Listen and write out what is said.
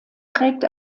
trägt